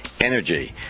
energy